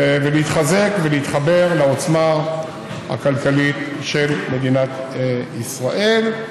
ולהתחזק ולהתחבר לעוצמה הכלכלית של מדינת ישראל.